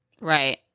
Right